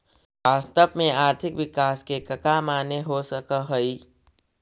वास्तव में आर्थिक विकास के कका माने हो सकऽ हइ?